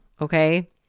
Okay